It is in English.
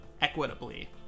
equitably